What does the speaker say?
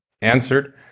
answered